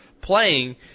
playing